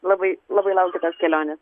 labai labai laukiu tos kelionės